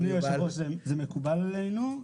אדוני יושב הראש, זה מקובל עלינו.